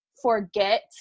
forget